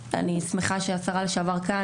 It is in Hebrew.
שמחה שהשרה לשעבר כאן,